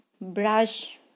brush